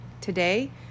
Today